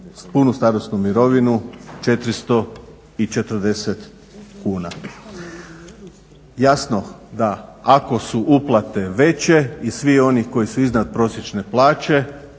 punu starosnu mirovinu 440 kuna. Jasno da ako su uplate veće i svi oni koji su iznad prosječne plaće